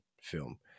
film